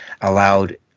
allowed